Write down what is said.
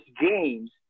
games